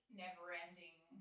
never-ending